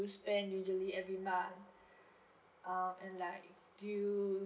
spend usually every month um and like do you